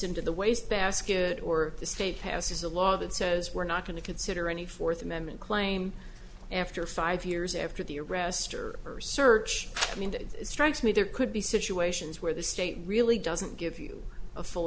into the waste basket or the state passes a law that says we're not going to consider any fourth amendment claim after five years after the arrestor or search i mean that strikes me there could be situate sions where the state really doesn't give you a full